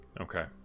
Okay